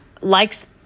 likes